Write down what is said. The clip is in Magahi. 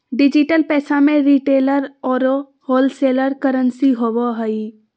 डिजिटल पैसा में रिटेलर औरो होलसेलर करंसी होवो हइ